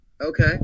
Okay